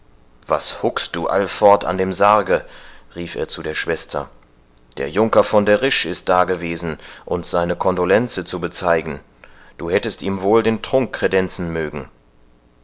was huckst du allfort an dem sarge rief er zu der schwester der junker von der risch ist da gewesen uns seine condolenze zu bezeigen du hättest ihm wohl den trunk kredenzen mögen